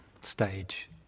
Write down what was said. stage